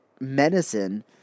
medicine